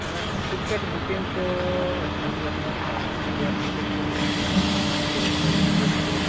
ᱢᱟᱱᱮ ticket booking ᱠᱚ ᱡᱩᱫᱤ ᱟᱵᱮᱱ ᱮᱭᱟᱨ ᱴᱤᱠᱮᱴ ᱠᱚ ᱵᱩᱠᱤᱝ ᱥᱟᱱᱟᱭᱮᱫ ᱵᱮᱱᱟ ᱪᱮᱫ ᱨᱮᱹᱞ ᱴᱤᱠᱮᱴ ᱠᱚ